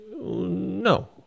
No